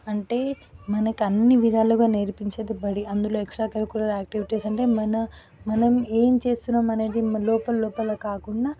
అంటే మనకన్నీ విధాలుగా నేర్పించేది బడి అందులో ఎక్సట్రా కరీకులర్ ఆక్టివిటీస్ అంటే మన మనం ఏం చేస్తున్నాం అనేది లోపల లోపల కాకుండా